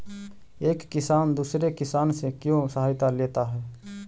एक किसान दूसरे किसान से क्यों सहायता लेता है?